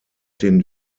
den